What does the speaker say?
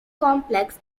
complex